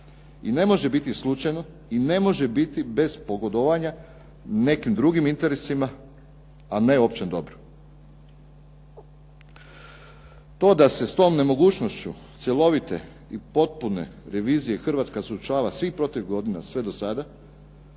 i ne može biti slučajno i ne može biti bez pogodovanja nekim drugim interesima a ne općem dobru. To da se s tom nemogućnošću cjelovite i potpune revizije Hrvatske suočava svih proteklih godina sve do sada